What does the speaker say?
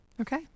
Okay